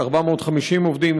450 עובדים,